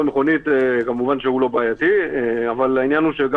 אני בכל זאת מציע שכמה שהוועדה יכולה בשיח